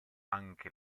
anche